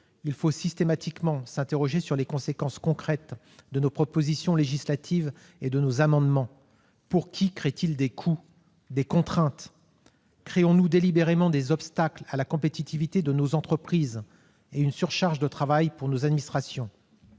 Il faut systématiquement nous interroger sur les conséquences concrètes de nos propositions législatives et de nos amendements : pour qui créent-ils des coûts et des contraintes ? Instaurons-nous délibérément des obstacles à la compétitivité de nos entreprises et provoquons-nous une surcharge de travail pour nos administrations ?